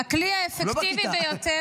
אנחנו לא בכיתה.